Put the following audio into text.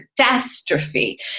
catastrophe